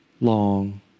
long